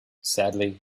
sadly